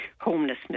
homelessness